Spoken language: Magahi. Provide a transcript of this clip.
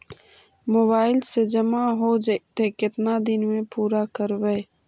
मोबाईल से जामा हो जैतय, केतना दिन में पुरा करबैय?